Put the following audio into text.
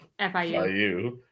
FIU